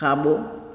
खाॿो